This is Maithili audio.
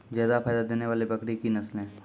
जादा फायदा देने वाले बकरी की नसले?